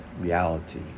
reality